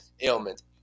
ailment